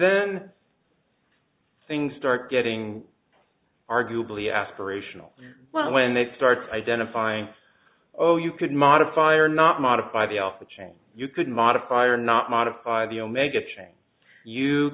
then things start getting arguably aspirational well when they start identifying oh you could modify or not modify the alpha change you could modify or not modify the omega change you